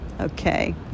okay